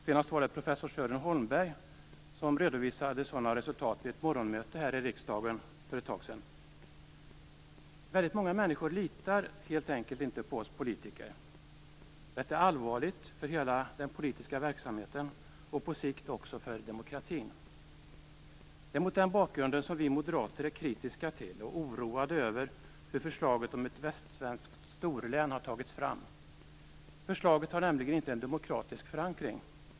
Senast redovisade professor Sören Holmberg sådana resultat vid ett morgonmöte här i riksdagen för ett tag sedan. Många människor litar helt enkelt inte på oss politiker. Detta är allvarligt för hela den politiska verksamheten och på sikt också för demokratin. Det är mot den bakgrunden som vi moderater är kritiska till och oroade över hur förslaget om ett västsvenskt storlän har tagits fram. Förslaget har nämligen inte en demokratisk förankring.